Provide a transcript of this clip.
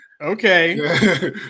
okay